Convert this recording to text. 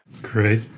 Great